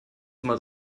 immer